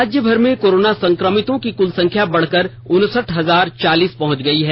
राज्यभर में कोरोना संक्रमितों की कुल संख्या बढ़कर उनसठ हजार चालीस पहुंच गई है